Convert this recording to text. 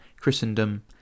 Christendom